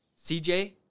CJ